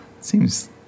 seems